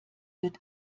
wird